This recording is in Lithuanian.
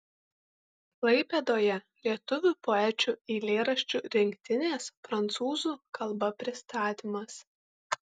klaipėdoje lietuvių poečių eilėraščių rinktinės prancūzų kalba pristatymas